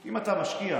אם אתה משקיע,